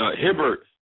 Hibbert